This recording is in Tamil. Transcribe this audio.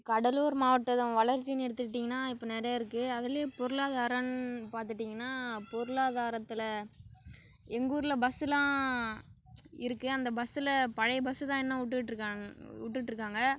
கடலூர் மாவட்டத்தின் வளர்ச்சின்னு எடுத்துக்கிட்டீங்கன்னா இப்போ நிறைய இருக்கு அதுலையும் பொருளாதாரன்னு பார்த்துக்கிட்டீங்கன்னா பொருளாதாரத்தில் எங்கள் ஊரில் பஸ்ஸுல்லாம் இருக்கு அந்த பஸ்ஸில் பழைய பஸ்ஸு தான் இன்னும் விட்டுட்டு இருக்கான் விட்டுட்டு இருக்காங்க